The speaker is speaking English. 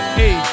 hey